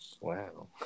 Wow